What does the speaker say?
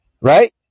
Right